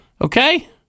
okay